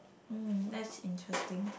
um that's interesting